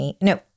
no